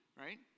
Right